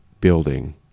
building